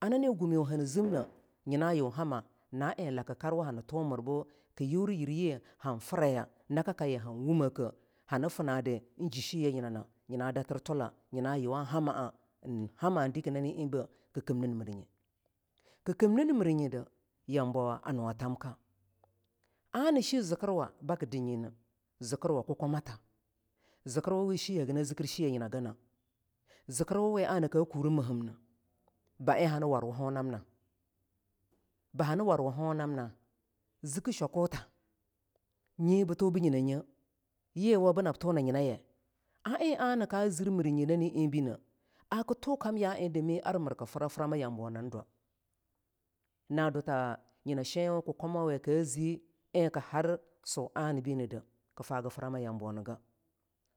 a nani gumiwo ni zimne nyina yun hamma na eing lakakarwa nii thumr bu kii yuri yiryi han firaya naka kaye an wumekere ani finna di eing jii sheye yina na nyina datir tulla nyina yu wan hamma a hama deki nani eing bine, kii kimnin mir nyide yambo a nuwa thamka ana she zikirwa baki dinyine zikirwa kukwamatha zikirwu we shiye gina zikir shiyeyina ganah zikirwu we ana ka kuru mehemneh ba'eing hani warwu honamna baa nii warwu hoanamna ziki hwakutha yi bii thu binyina nye yiwa bii bii tunanyinayeh eing na kaa zir mir nyi nani eingbine ki tukam ya eing a dami mir kii fira frama yambonini dwa na duttah nyina shen kukwamowe ka zii eing kii har a swah ani bide kii fagi frama yambonigah.